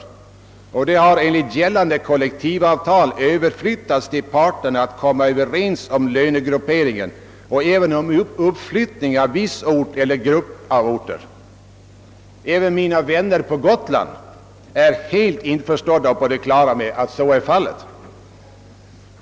Dess uppgifter har enligt gällande kollektivavtal överflyttats till parterna, som har att komma överens om lönegrupperingen och även om uppflyttning av viss ort eller viss grupp av orter. Även mina vänner på Gotland är på det klara med att så är fallet.